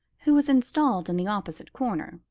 who was installed in the opposite corner.